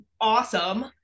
awesome